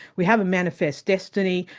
we have a manifest destiny,